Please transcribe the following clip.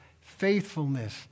faithfulness